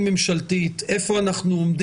ותפקידו.